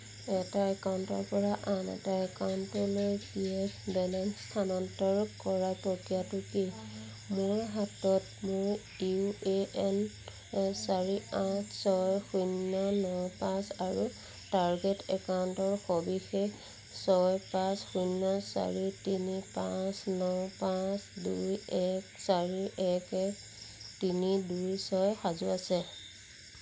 এটা একাউণ্টৰ পৰা আন এটা একাউণ্টলৈ পি এফ বেলেন্স স্থানান্তৰ কৰাৰ প্ৰক্ৰিয়াটো কি মোৰ হাতত মোৰ ইউ এ এন চাৰি আঠ ছয় শূন্য ন পাঁচ আৰু টাৰ্গেট একাউণ্টৰ সবিশেষ ছয় পাঁচ শূন্য চাৰি তিনি পাঁচ ন পাঁচ দুই এক চাৰি এক এক তিনি দুই ছয় সাজু আছে